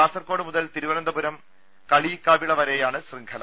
കാസർകോട് മുതൽ തിരുവനന്തപുരം കളിയിക്കാവിള വരെയാണ് ശൃംഖല